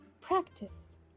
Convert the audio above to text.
practice